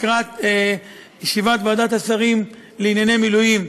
לקראת ישיבת ועדת השרים לענייני מילואים,